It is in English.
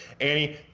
annie